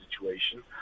situation